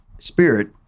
Spirit